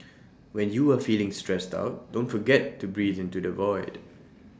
when you are feeling stressed out don't forget to breathe into the void